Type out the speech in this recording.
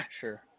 Sure